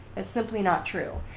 it's simply not true.